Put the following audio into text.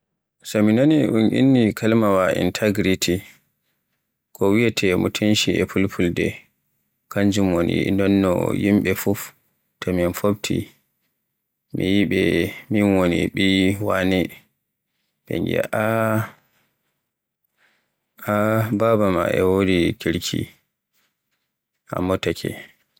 So mi nani un inni kalimaawa "integrity" ko wiyeete mutunci e Fulfulde, ko waraata kanjum woni non yimɓe fuf so mi yi'i min woni ɓiy wane, sey ɓe aa, aa baba maaɗa e wodi kirki e motaake.